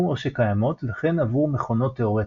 או שקיימות וכן עבור מכונות תאורטיות.